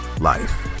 life